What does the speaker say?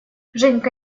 женька